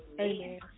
Amen